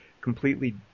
completely